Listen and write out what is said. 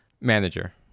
manager